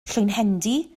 llwynhendy